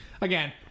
again